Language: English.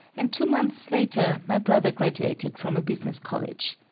and two months later, my brother graduated from a business college.